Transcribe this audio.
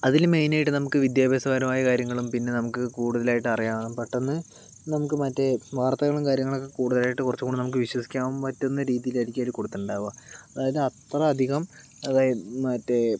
അതിൽ മെയിനായിട്ട് നമുക്ക് വിദ്യാഭ്യാസപരമായ കാര്യങ്ങളും പിന്നെ നമുക്ക് കൂടുതലായിട്ട് അറിയാം പെട്ടെന്ന് നമുക്ക് മറ്റു വാർത്തകളും കാര്യങ്ങളൊക്കെ കൂടുതലായിട്ട് കുറച്ചും കൂടി വിശ്വസിക്കാൻ പറ്റുന്ന രീതിയിലാരിക്കും അവർ കൊടുത്തിട്ടുണ്ടാവുക അതായത് അത്ര അധികം അതായ മറ്റേ